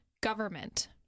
government